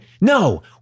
No